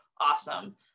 awesome